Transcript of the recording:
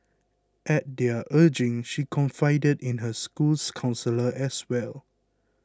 at their urging she confided in her school's counsellor as well